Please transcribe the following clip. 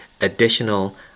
additional